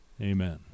Amen